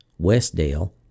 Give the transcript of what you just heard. Westdale